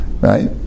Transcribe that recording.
right